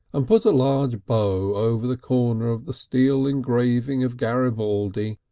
and put a large bow over the corner of the steel engraving of garibaldi,